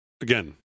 again